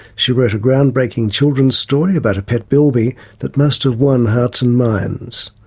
she wrote a ground-breaking children's story about a pet bilby that must have won hearts and minds.